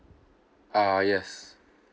uh yes